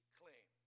claim